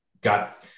got